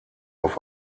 auf